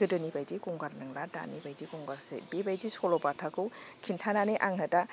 गोदोनि बायदि गंगार नोंला दानि बायदि गंगारसो बेबायदि सल'बाथाखौ खिन्थानानै आंहा दा